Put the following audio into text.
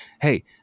hey